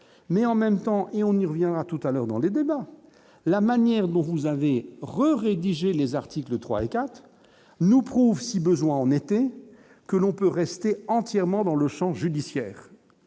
mais en même temps et on y reviendra tout à l'heure dans les débats, la manière dont vous avez re rédigé les articles 3 et 4 nous prouve si besoin. N'était que l'on peut rester entièrement dans le Champ judiciaire,